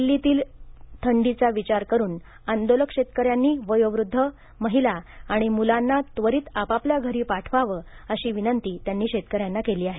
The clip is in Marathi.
दिल्ली शहरातील थंडीचा विचार करुन आंदोलक शेतकऱ्यांनी वयोवृध्द महिला आणि मुलांना त्वरित आपापलल्या घरी पाठवावं अशी विनंती त्यांनी शेतकऱ्यांना केली आहे